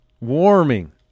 warming